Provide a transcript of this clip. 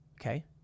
Okay